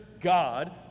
God